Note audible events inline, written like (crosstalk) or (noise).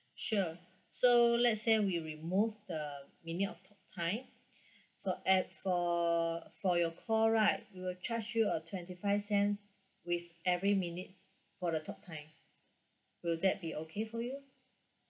sure so let's say we remove the minute of talk time (breath) so at for for your call right we will charge you a twenty five cent with every minutes for the talk time will that be okay for you